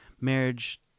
marriage